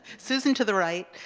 susan to the right,